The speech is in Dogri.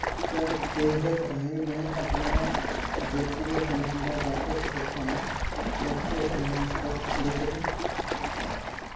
क्या पेऽज़ैप राहें में अपना व्यक्तिगत लोन दा बापस भुगतान रैप्को फाइनैंस पर करी सकनां